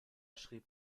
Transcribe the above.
schrieb